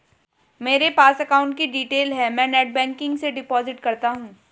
मेरे पास अकाउंट की डिटेल है मैं नेटबैंकिंग से डिपॉजिट करता हूं